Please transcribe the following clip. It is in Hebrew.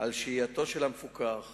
על שהייתו של המפוקח